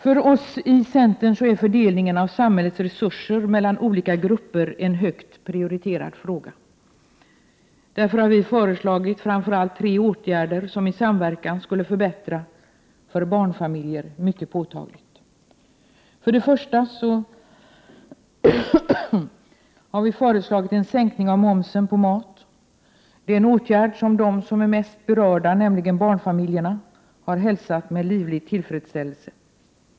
För oss i centern är fördelningen av samhällets resurser mellan olika grupper en högt prioriterad fråga. Därför har vi föreslagit framför allt tre åtgärder, som i samverkan skulle förbättra mycket påtagligt för barnfamiljerna. För det första har vi föreslagit en sänkning av momsen på mat. Det är en åtgärd som de mest berörda, nämligen barnfamiljerna, har hälsat med livlig tillfredsställelse.